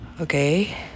Okay